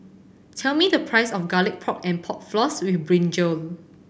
tell me the price of Garlic Pork and Pork Floss with brinjal